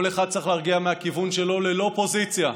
כל אחד צריך להרגיע מהכיוון שלו, ללא פוזיציה,